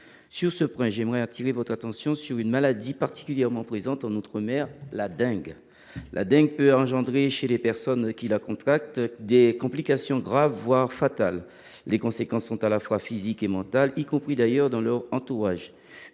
chers collègues, j’aimerais appeler votre attention sur une maladie particulièrement présente en outre mer, la dengue. La dengue peut provoquer chez les personnes qui la contractent des complications graves, voire fatales. Les conséquences sont à la fois physiques et mentales – ces dernières pouvant